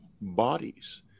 bodies